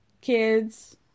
kids